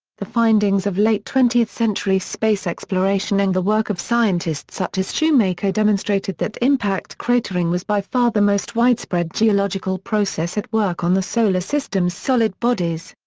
the findings of late twentieth century space exploration and the work of scientists such as shoemaker demonstrated that impact cratering was by far the most widespread geological process at work on the solar system's solid bodies.